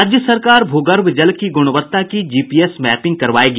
राज्य सरकार भू गर्भ जल की गुणवत्ता की जीपीएस मैपिंग करवायेगी